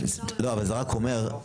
זה רק אומר,